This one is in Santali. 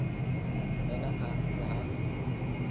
ᱢᱮᱱᱟᱜᱼᱟ ᱡᱟᱦᱟᱸ